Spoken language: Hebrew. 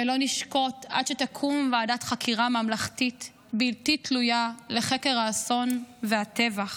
ולא נשקוט עד שתקום ועדת חקירה ממלכתית בלתי תלויה לחקר האסון והטבח.